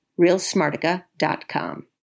realsmartica.com